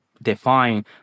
Define